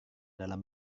dalam